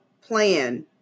plan